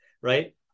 right